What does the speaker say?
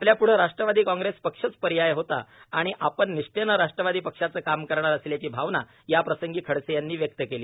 आपल्यापृढे Rashtravadi Congress पक्षच पर्याय होता आणि आपण निष्ठेने राष्ट्रवादी पक्षाचं काम करणार असल्याची भावना याप्रसंगी खडसे यांनी व्यक्त केली